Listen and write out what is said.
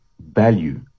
value